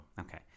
Okay